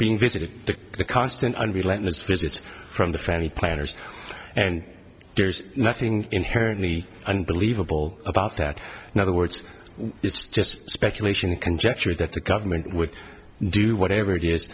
being visited the constant unrelentless visits from the family planners and there's nothing inherently unbelievable about that in other words it's just speculation and conjecture that the government would do whatever it is